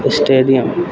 stadium